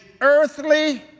earthly